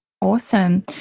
Awesome